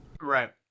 right